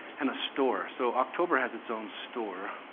and a store, so october has its own store.